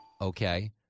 Okay